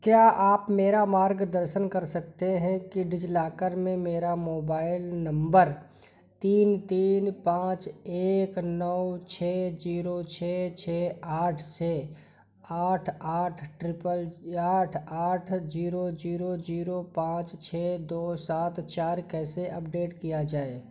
क्या आप मेरा मार्गदर्शन कर सकते हैं कि डिज़िलॉकर में मेरा मोबाइल नम्बर तीन तीन पाँच एक नौ छह ज़ीरो छह छह आठ से आठ आठ ट्रिपल आठ आठ ज़ीरो ज़ीरो ज़ीरो पाँच छह दो सात चार कैसे अपडेट किया जाए